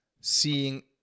seeing